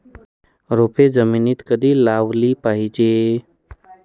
रोपे जमिनीत कधी लावली पाहिजे?